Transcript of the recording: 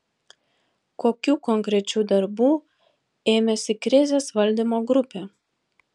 kokių konkrečių darbų ėmėsi krizės valdymo grupė